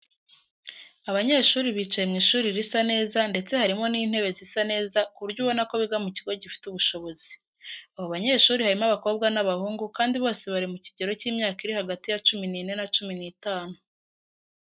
Abanyeshuri bicaye mu ishuri risa neza ndetse harimo n'intebe zisa neza ku buryo ubona ko biga mu kigo gifite ubushobozi. Abo banyeshuri harimo abakobwa n'abahungu kandi bose bari mu kigero cy'imyaka iri hagati ya cumi n'ine na cumi n'itanu.